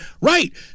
Right